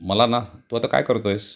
मला ना तू आता काय करतो आहेस